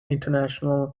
international